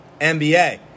NBA